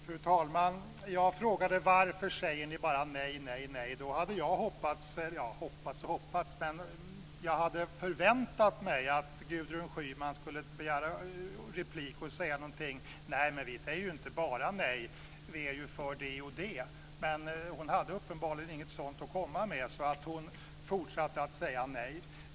Fru talman! Jag frågade varför ni bara säger nej, nej, nej. Då hade jag hoppats - ja, hoppats och hoppats men förväntat mig - att Gudrun Schyman skulle begära replik och säga någonting i stil med: Nej, vi säger inte bara nej. Vi är ju för det och det. Hon hade uppenbarligen inget sådant att komma med, så hon fortsatte att säga nej.